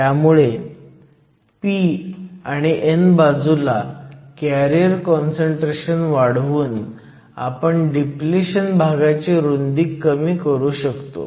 त्यामुळे p आणि n बाजूला कॅरियर काँसंट्रेशन वाढवून आपण डिप्लिशन भागाची रुंदी कमी करू शकतो